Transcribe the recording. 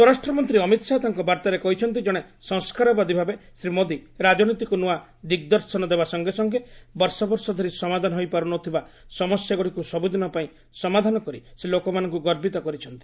ସ୍ୱରାଷ୍ଟ୍ରମନ୍ତ୍ରୀ ଅମିତଶାହା ତାଙ୍କ ବାର୍ତ୍ତାରେ କହିଛନ୍ତି ଜଣେ ସଂସ୍କାରବାଦୀ ଭାବେ ଶ୍ରୀ ମୋଦି ରାଜନୀତିକୁ ନୂଆ ଦିଗ୍ଦର୍ଶନ ଦେବା ସଙ୍ଗେ ସଙ୍ଗେ ବର୍ଷବର୍ଷ ଧରି ସମାଧାନ ହୋଇପାରୁନଥିବା ସମସ୍ୟାଗୁଡ଼ିକୁ ସବୁଦିନ ପାଇଁ ସମାଧାନ କରି ସେ ଲୋକମାନଙ୍କୁ ଗର୍ବିତ କରିଛନ୍ତି